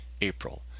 April